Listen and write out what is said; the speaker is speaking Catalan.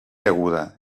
aguda